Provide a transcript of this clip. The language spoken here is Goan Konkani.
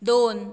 दोन